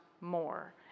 more